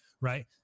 Right